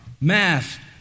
Math